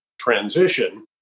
transition